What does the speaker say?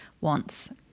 wants